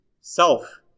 self